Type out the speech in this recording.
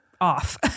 off